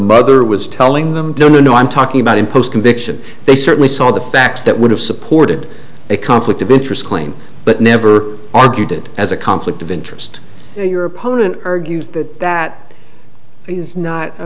mother was telling no no i'm talking about in post conviction they certainly saw the facts that would have supported a conflict of interest claim but never argued it as a conflict of interest or your opponent or use that that is not